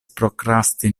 prokrasti